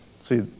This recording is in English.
See